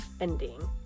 ending